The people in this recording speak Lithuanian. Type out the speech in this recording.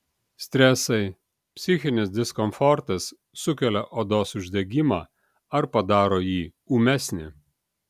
stresai psichinis diskomfortas sukelia odos uždegimą ar padaro jį ūmesnį